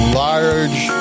large